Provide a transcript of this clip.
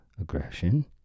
aggression